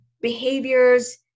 behaviors